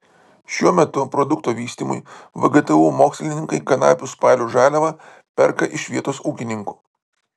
šiuo metu produkto vystymui vgtu mokslininkai kanapių spalių žaliavą perka iš vietos ūkininkų